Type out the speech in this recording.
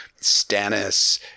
Stannis